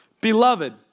Beloved